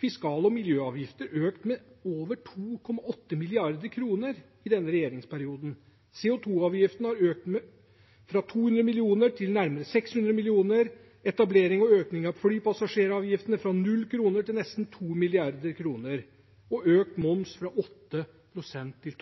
fiskal- og miljøavgifter har økt med over 2,8 mrd. kr i denne regjeringsperioden. CO 2 -avgiften har økt fra 200 mill. kr til nærmere 600 mill. kr, det har vært etablering og økning av flypassasjeravgiften, fra 0 kr til nesten 2 mrd. kr, og momsen er økt fra 8 pst. til